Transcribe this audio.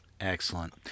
Excellent